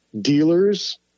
dealers